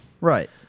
right